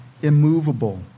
Immovable